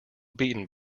beaten